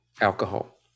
alcohol